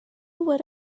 would